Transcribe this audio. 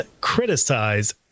criticize